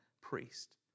priest